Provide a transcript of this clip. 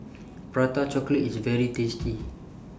Prata Chocolate IS very tasty